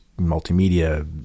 multimedia